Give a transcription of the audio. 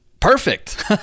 Perfect